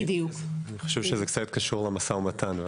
אני חושב שזה קשור למשא ומתן.